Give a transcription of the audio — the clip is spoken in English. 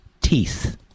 teeth